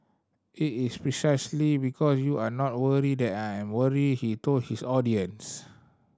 it is precisely because you are not worried that I am worried he told his audience